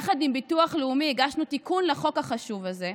יחד עם ביטוח לאומי הגשנו תיקון לחוק החשוב הזה,